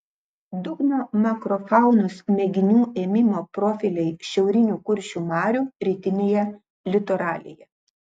dugno makrofaunos mėginių ėmimo profiliai šiaurinių kuršių marių rytinėje litoralėje